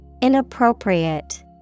Inappropriate